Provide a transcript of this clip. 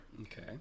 Okay